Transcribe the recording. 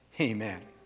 Amen